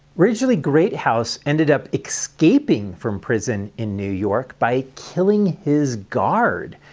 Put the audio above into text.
ridgeley greathouse ended up escaping from prison in new york, by killing his guard,